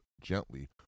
gently